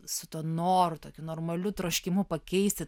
su tuo noru tokiu normaliu troškimu pakeisti